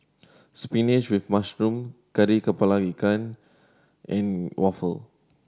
spinach with mushroom Kari Kepala Ikan and waffle